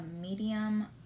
medium